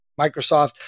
Microsoft